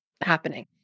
happening